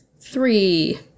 Three